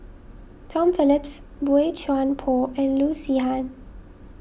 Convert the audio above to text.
Tom Phillips Boey Chuan Poh and Loo Zihan